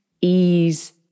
ease